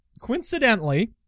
coincidentally